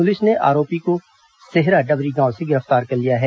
police ने आरोपी को सेहरा डबरी गांव से गिरफ्तार कर लिया है